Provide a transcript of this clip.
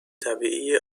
طبیعی